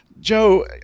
Joe